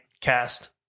cast